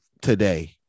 today